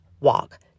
walk